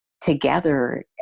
together